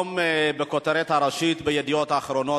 היום בכותרת הראשית ב"ידיעות אחרונות"